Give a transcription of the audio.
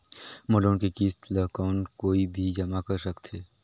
मोर loan के किस्त ल कौन कोई भी जमा कर सकथे?